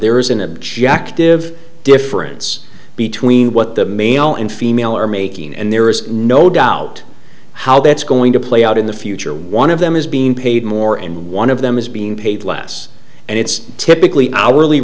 there is an objective difference between what the male and female are making and there is no doubt how that's going to play out in the future one of them is being paid more and one of them is being paid less and it's typically hourly